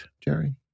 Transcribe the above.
jerry